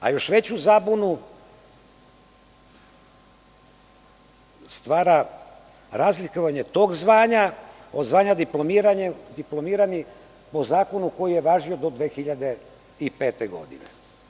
A još veću zabunu stvara razlikovanje tog zvanja od zvanja diplomirani, po zakonu koji je važio do 2005. godine.